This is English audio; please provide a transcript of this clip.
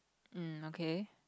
mm okay